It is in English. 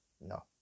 No